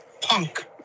punk